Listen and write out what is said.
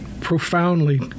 profoundly